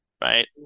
Right